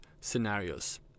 scenarios